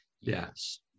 yes